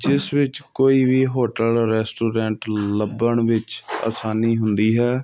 ਜਿਸ ਵਿੱਚ ਕੋਈ ਵੀ ਹੋਟਲ ਰੈਸਟੋਰੈਂਟ ਲੱਭਣ ਵਿੱਚ ਆਸਾਨੀ ਹੁੰਦੀ ਹੈ